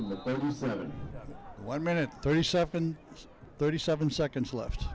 and the one minute thirty seven thirty seven seconds left